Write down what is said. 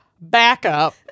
backup